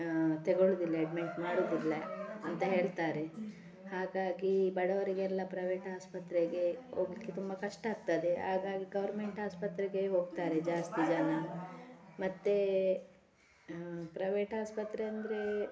ತಗೊಳುದಿಲ್ಲ admit ಮಾಡೋದಿಲ್ಲ ಅಂತ ಹೇಳ್ತಾರೆ ಹಾಗಾಗಿ ಬಡವರಿಗೆಲ್ಲ ಪ್ರೈವೇಟ್ ಆಸ್ಪತ್ರೆಗೆ ಹೋಗ್ಲಿಕ್ಕೆ ತುಂಬ ಕಷ್ಟ ಆಗ್ತದೆ ಹಾಗಾಗಿ ಗೌರ್ಮೆಂಟ್ ಆಸ್ಪತ್ರೆಗೆ ಹೋಗ್ತಾರೆ ಜಾಸ್ತಿ ಜನ ಮತ್ತೆ ಪ್ರೈವೇಟ್ ಆಸ್ಪತ್ರೆ ಅಂದರೆ